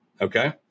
Okay